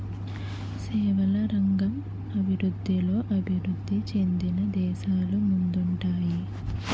సేవల రంగం అభివృద్ధిలో అభివృద్ధి చెందిన దేశాలు ముందుంటాయి